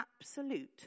absolute